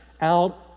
out